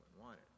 wanted